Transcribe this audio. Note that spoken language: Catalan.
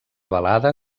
balada